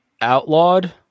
outlawed